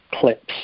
clips